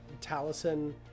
Talison